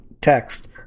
text